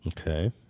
Okay